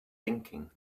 thinking